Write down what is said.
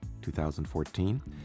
2014